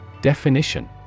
Definition